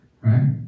right